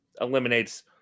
eliminates